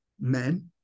men